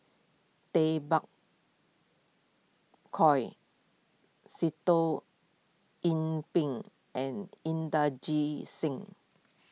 Tay Bak Koi Sitoh Yih Pin and Inderjit Singh